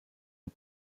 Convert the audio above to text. the